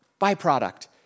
byproduct